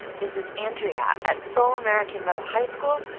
this is andrea at seoul american middle high school,